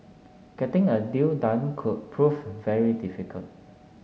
getting a deal done could prove very difficult